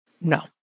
no